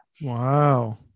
Wow